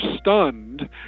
stunned